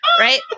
Right